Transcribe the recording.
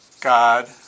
God